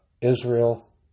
Israel